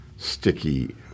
sticky